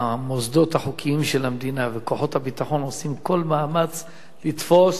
שהמוסדות החוקיים של המדינה וכוחות הביטחון עושים כל מאמץ לתפוס,